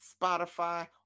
Spotify